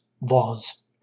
laws